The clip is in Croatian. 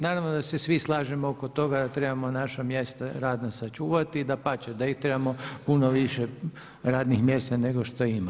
Naravno da se svi slažemo oko toga da trebamo naša mjesta radna sačuvati, dapače da ih trebamo puno više radnih mjesta nego što ima.